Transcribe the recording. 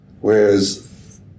Whereas